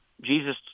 Jesus